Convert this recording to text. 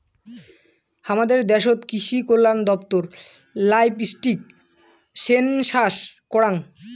হামাদের দ্যাশোত কৃষিকল্যান দপ্তর লাইভস্টক সেনসাস করাং